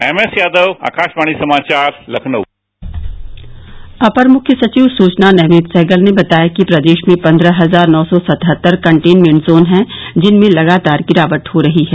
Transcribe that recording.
MS Yadav Akashvani समाचार लखनऊ अपर मुख्य सचिव सूचना नवनीत सहगल ने बताया कि प्रदेश में पन्द्रह हजार नौ सौ सतहत्तर कन्टेंमेंट जोन हैं जिनमें लगातार गिरावट हो रही है